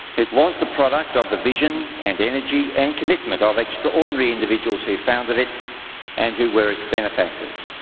it was the product of the vision and energy and commitment of extraordinary individuals who found of it and who were its benefactors.